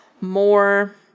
more